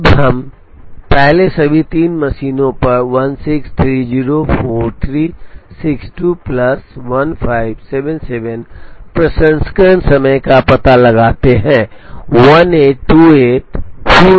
अब हम पहले सभी 3 मशीनों पर 16304362 प्लस 1577 प्रसंस्करण समय का पता लगाते हैं